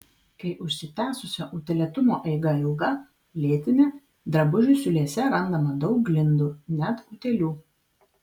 kai užsitęsusio utėlėtumo eiga ilga lėtinė drabužių siūlėse randama daug glindų net utėlių